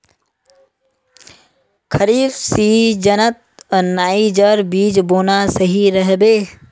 खरीफ सीजनत नाइजर बीज बोना सही रह बे